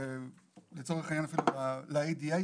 ולצורך העניין אפילו ל-ADA,